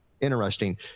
Interesting